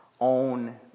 own